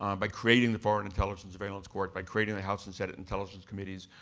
um by creating the foreign intelligence surveillance court, by creating the house and senate intelligence committees,